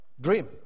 dream